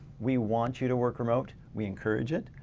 we want you to work remote. we encourage it.